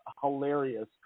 hilarious